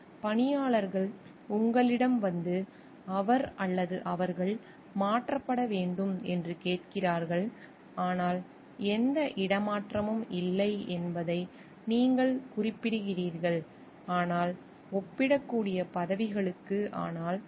பணியாளர்கள் உங்களிடம் வந்து அவர் அல்லது அவர்கள் மாற்றப்பட வேண்டும் என்று கேட்கிறார்கள் ஆனால் எந்த இடமாற்றமும் இல்லை என்பதை நீங்கள் குறிப்பிடுகிறீர்கள் ஆனால் ஒப்பிடக்கூடிய பதவிகளுக்கு ஆனால் தொழிலாளர்கள் வலியுறுத்துகிறார்கள்